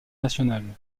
nationale